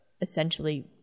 essentially